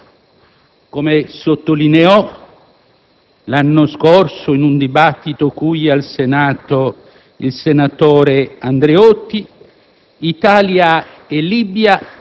Nonostante tutto, come sottolineò l'anno scorso in un dibattito qui al Senato il senatore Andreotti,